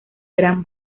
gran